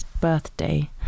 birthday